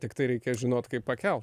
tiktai reikia žinot kaip pakelti